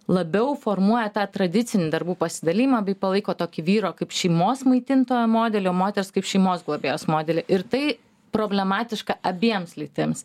labiau formuoja tą tradicinį darbų pasidalijimą bei palaiko tokį vyro kaip šeimos maitintojo modelį o moters kaip šeimos globėjos modelį ir tai problematiška abiems lytims